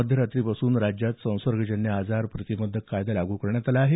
मध्यरात्रीपासून राज्यात संसर्गजन्य आजार प्रतिबंधक कायदा लागू करण्यात आला आहे